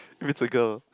if it's a girl